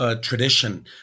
tradition